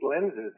lenses